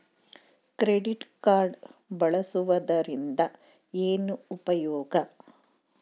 Credit card ಬಳಸುವದರಿಂದ ಏನು ಉಪಯೋಗ?